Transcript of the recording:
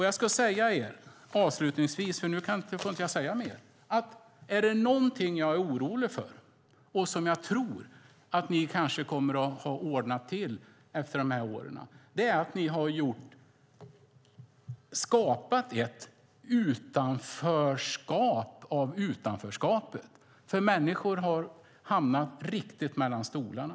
Jag ska säga er avslutningsvis, eftersom jag inte får säga mer nu, att om det är någonting som jag är orolig för och som jag tror att ni kanske kommer att ha ordnat till efter dessa år är det att ni har skapat ett utanförskap av utanförskapet, för människor har hamnat riktigt mellan stolarna.